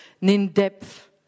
in-depth